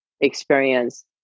experience